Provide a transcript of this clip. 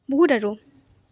বহুত আৰু